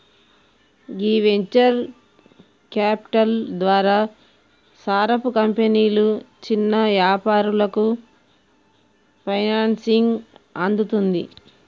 గీ venture capital ద్వారా సారపు కంపెనీలు చిన్న యాపారాలకు ఫైనాన్సింగ్ అందుతుంది